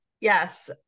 Yes